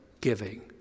giving